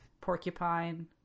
porcupine